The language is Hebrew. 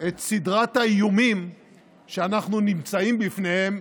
את סדרת האיומים שאנחנו נמצאים בפניהם